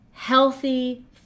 healthy